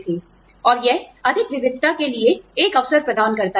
और यह अधिक विविधता के लिए एक अवसर प्रदान करता है